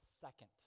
second